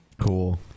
cool